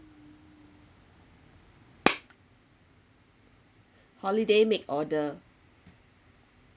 holiday make order